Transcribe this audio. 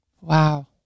Wow